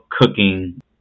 cooking